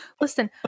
Listen